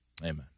amen